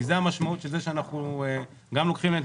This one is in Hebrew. כי זאת המשמעות של זה שגם לוקחים להם את